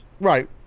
Right